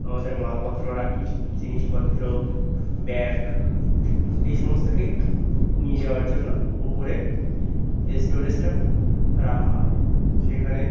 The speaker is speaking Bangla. আমাদের মালপত্র রাখি জিনিসপত্র ব্যাগ এই সমস্তকে নিয়ে যাওয়ার জন্য উপরে স্টোরেজটা রাখা হয় সেখানে